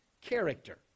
character